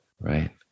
Right